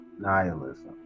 nihilism